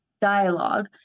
dialogue